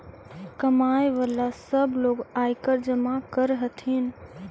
कमाय वला सब लोग आयकर जमा कर हथिन